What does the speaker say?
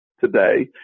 today